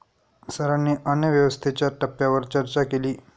सरांनी अन्नव्यवस्थेच्या टप्प्यांवर चर्चा केली